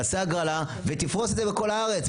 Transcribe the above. תעשה הגרלה ותפרוס את זה בכל הארץ,